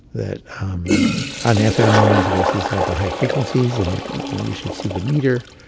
that on fm women's voices had the high frequencies and you should see the meter.